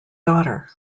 daughter